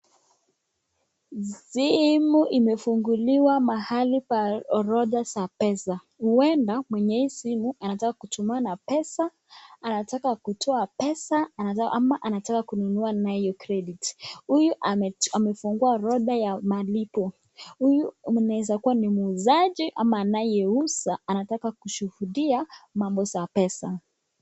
Simu imefunguliwa mahali pa orodha za pesa, huenda mwenye hii simu anataka kutumana pesa, anataka kutoa pesa ama anataka kununua nayo credit . Huyu amefungua orodha ya malipo, huyu anaeza kuwa ni muuzaji ama anaeuza anataka kushuhudia mambo za pesa.